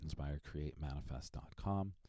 InspireCreateManifest.com